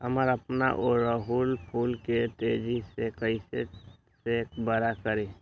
हम अपना ओरहूल फूल के तेजी से कई से बड़ा करी?